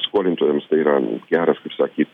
skolintojams tai yra geras kaip sakyt